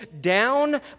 down